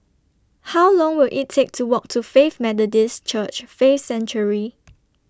How Long Will IT Take to Walk to Faith Methodist Church Faith Sanctuary